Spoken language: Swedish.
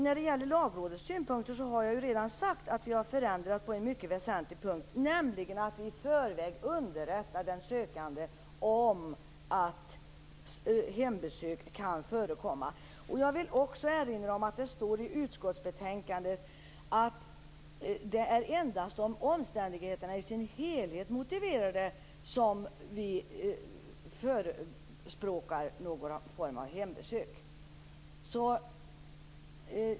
När det gäller Lagrådets synpunkter har jag redan sagt att vi har gjort förändringar på en mycket väsentlig punkt, nämligen att man i förväg underrättar den sökande om att hembesök kan förekomma. Jag vill också erinra om att det står i utskottsbetänkandet att det endast är om omständigheterna i sin helhet motiverar det som vi förespråkar någon form av hembesök.